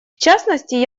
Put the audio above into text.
частности